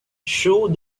shoe